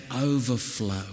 overflow